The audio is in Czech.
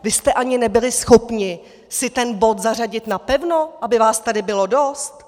Vy jste ani nebyli schopni si ten bod zařadit napevno, aby vás tady bylo dost?